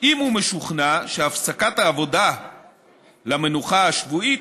אם הוא משוכנע שהפסקת העבודה למנוחה השבועית,